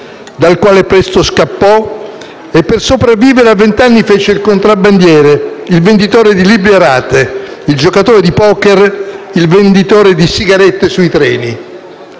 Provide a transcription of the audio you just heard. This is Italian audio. dal quale presto scappò, e per sopravvivere a vent'anni fece i contrabbandiere, il venditore di libri a rate, il giocatore di poker, il venditore di sigarette sui treni.